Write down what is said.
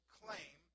claim